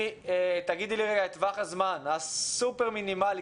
תגידי לי רגע את טווח הזמן הסופר מינימלי,